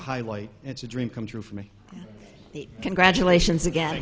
highlight it's a dream come true for me congratulations again